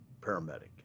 paramedic